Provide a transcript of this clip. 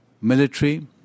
military